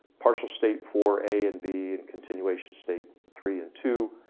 partial state for a and b, and continuation state three and two,